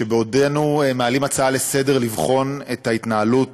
שבעודנו מעלים הצעה לסדר-היום לבחון את ההתנהלות